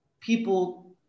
people